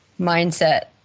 mindset